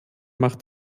macht